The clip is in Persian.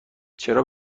چرا